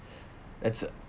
that's the